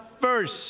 first